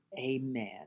amen